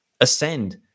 ascend